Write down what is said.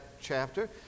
chapter